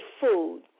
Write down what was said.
food